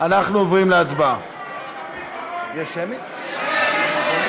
רק אם יהיה בו מנגנון אכיפה ופיקוח מוגדר.